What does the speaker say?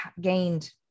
gained